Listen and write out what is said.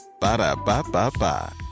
Ba-da-ba-ba-ba